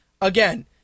again